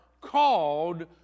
called